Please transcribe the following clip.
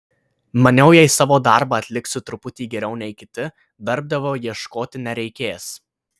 maniau jei savo darbą atliksiu truputį geriau nei kiti darbdavio ieškoti nereikės